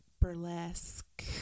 Burlesque